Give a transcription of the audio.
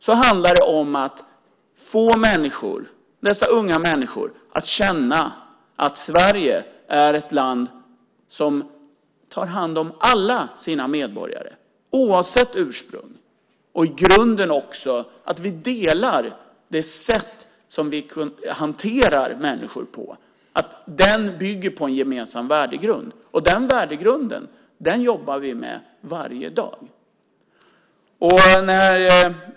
Det handlar om att få människor, dessa unga människor, att känna att Sverige är ett land som tar hand om alla sina medborgare oavsett ursprung och att det sätt som vi hanterar människor på bygger på en gemensam värdegrund. Den värdegrunden jobbar vi med varje dag.